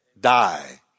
Die